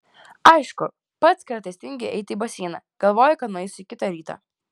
aišku pats kartais tingiu eiti į baseiną galvoju kad nueisiu kitą rytą